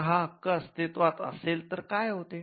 जर हा हक्क अस्तित्त्वात असेल तर काय होते